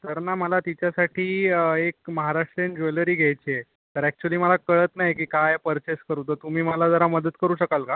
तर ना मला तिच्यासाठी एक महाराष्ट्रीयन ज्वेलरी घ्यायची आहे तर ॲक्चुली मला कळत नाही की काय पर्चेस करू तर तुम्ही मला जरा मदत करू शकाल का